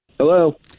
Hello